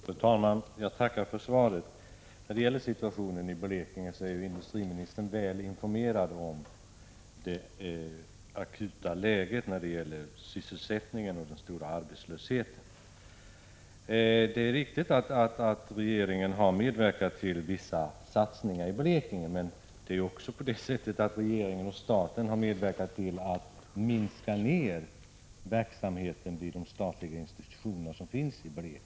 Fru talman! Jag tackar för svaret. Industriministern är ju väl informerad om situationen i Blekinge och det akuta läget när det gäller sysselsättningen och den stora arbetslösheten. Det är visserligen riktigt att regeringen har medverkat till vissa satsningar i Blekinge, men regeringen och staten har också medverkat till att minska verksamheten vid de statliga institutioner som finns i länet.